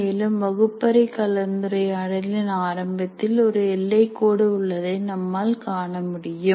மேலும் வகுப்பறை கலந்துரையாடலின் ஆரம்பத்தில் ஒரு எல்லைக் கோடு உள்ளதை நம்மால் காண முடியும்